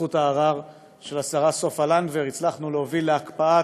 שבזכות הערר של השרה סופה לנדבר הצלחנו להוביל להקפאת